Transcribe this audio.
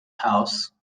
house